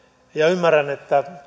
ymmärrän että